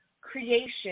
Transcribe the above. creation